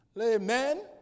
Amen